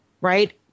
Right